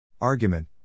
Argument